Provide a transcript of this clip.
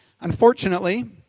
Unfortunately